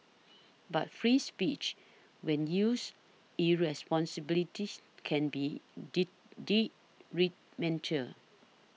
but free speech when used irresponsibilities can be mental